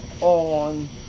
on